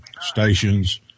stations